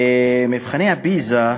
מבחני פיז"ה,